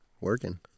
Working